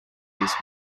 this